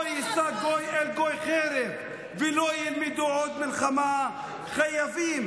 "לא ישא גוי אל גוי חרב ולא ילמדו עוד מלחמה" חייבים